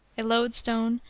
a loadstone,